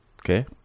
Okay